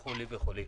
וכו' וכו',